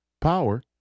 power